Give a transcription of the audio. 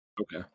okay